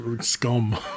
Scum